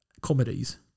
comedies